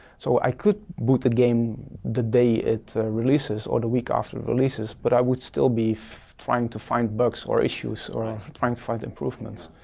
so i could boot the game the day it releases, or the week after it releases, but i would still be trying to find bugs or issues, or trying to find improvements.